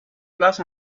place